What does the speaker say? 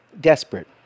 desperate